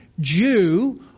Jew